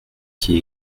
qui